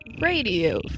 Radio